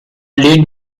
lead